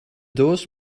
doos